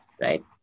right